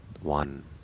one